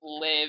live